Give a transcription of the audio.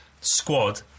squad